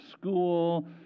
school